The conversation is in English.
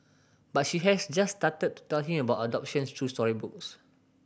but she has just started tell him about adoptions through storybooks